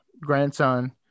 grandson